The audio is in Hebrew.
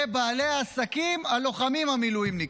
והיא בעלי העסקים, הלוחמים המילואימניקים.